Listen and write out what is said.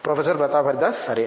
professor Pratap Haridas సరే